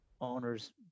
owners